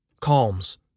calms